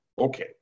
Okay